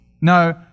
No